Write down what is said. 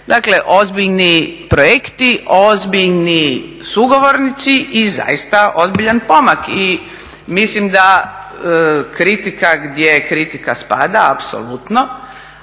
Dakle, ozbiljni projekti, ozbiljni sugovornici i zaista ozbiljan pomak. I mislim da kritika, gdje kritika spada apsolutno,